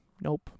Nope